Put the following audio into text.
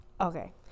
okay